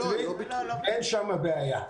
אין שם בעיה,